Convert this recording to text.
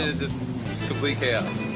ah just complete chaos.